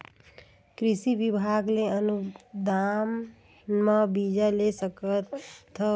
कृषि विभाग ले अनुदान म बीजा ले सकथव का?